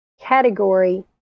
category